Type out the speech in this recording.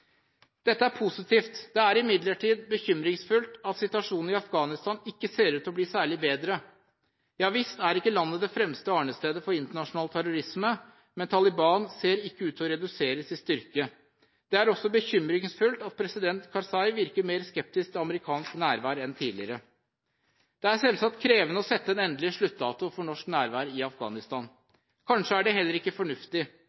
Dette er positivt. Det er imidlertid bekymringsfullt at situasjonen i Afghanistan ikke ser ut til å bli særlig bedre. Ja visst, landet er ikke det fremste arnestedet for internasjonal terrorisme, men Taliban ser ikke ut til å reduseres i styrke. Det er også bekymringsfullt at president Karzai virker mer skeptisk til amerikansk nærvær enn tidligere. Det er selvsagt krevende å sette en endelig sluttdato for norsk nærvær i